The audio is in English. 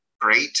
great